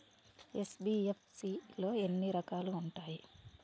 NBFC లో ఎన్ని రకాలు ఉంటాయి?